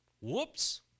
Whoops